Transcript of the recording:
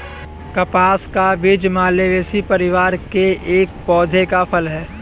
कपास का बीज मालवेसी परिवार के एक पौधे का फल है